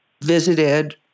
visited